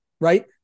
Right